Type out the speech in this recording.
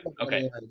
okay